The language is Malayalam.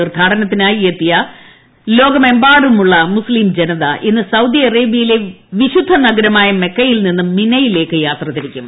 തീർത്ഥാടനത്തിനായി എത്തിയ ലോക എമ്പാടുമുള്ള മുസ്തീം ജനത ഇന്ന് സൌദി അറേബൃയിലെ വിശുദ്ധ നഗരമായ മെക്കയിൽ നിന്ന് മിനായിലേക്ക് യാത്ര തിരിക്കും